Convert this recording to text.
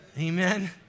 Amen